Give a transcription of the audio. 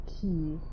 key